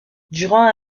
durant